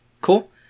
Cool